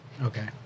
okay